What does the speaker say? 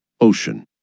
Ocean